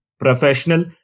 professional